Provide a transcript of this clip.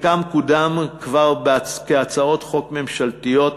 חלקם קודם כבר כהצעות חוק ממשלתיות,